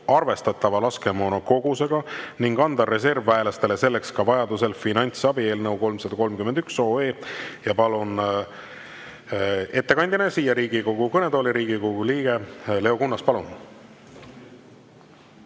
arvestatava laskemoona kogusega ning anda reservväelastele selleks ka vajadusel finantsabi" eelnõu 331. Palun ettekandeks siia Riigikogu kõnetooli Riigikogu liikme Leo Kunnase. Palun!